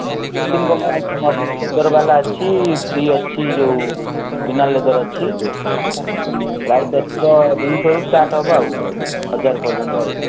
ଏ ଦି ତିନି ପ୍ରକାର ଆଇଟମ୍ ଅଛି ଲେଦର ବାଲା ଅଛି ଫ୍ରୀ ଅଛି ଯେଉଁ ବିନା ଲେଦର୍ ଅଛି ପ୍ରାଇସ୍ ଆସିବ ଦୁଇଶହରୁ ଷ୍ଟାର୍ଟ ହେବ ଆଉ ହଜାରେ ପର୍ଯ୍ୟନ୍ତ ଆଉ